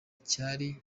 cyari